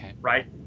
right